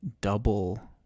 double